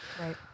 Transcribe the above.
Right